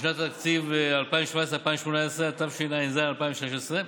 לשנות התקציב 2017 ו-2018), התשע"ז 2016,